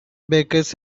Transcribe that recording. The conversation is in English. bakers